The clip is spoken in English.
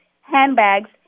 handbags